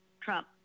Trump